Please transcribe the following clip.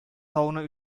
тауны